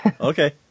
Okay